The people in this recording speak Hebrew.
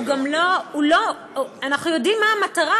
אנחנו יודעים מה המטרה,